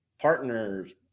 partners